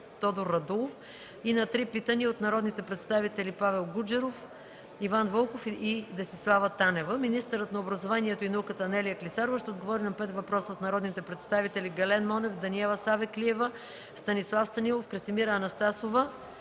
Тодор Радулов и на три питания от народните представители Павел Гуджеров, Иван Вълков и Десислава Танева. Министърът на образованието и науката Анелия Клисарова ще отговори на пет въпроса от народните представители Гален Монев, Даниела Савеклиева, Станислав Станилов, Красимира Анастасова